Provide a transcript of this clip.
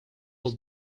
will